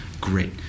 Great